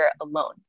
Alone